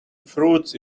fruits